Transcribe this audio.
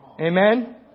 Amen